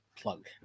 plug